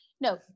No